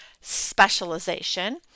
specialization